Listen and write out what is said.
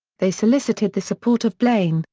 they solicited the support of blaine,